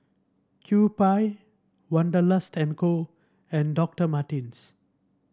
Kewpie Wanderlust and Co and Doctor Martens